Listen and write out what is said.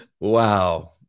wow